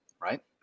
right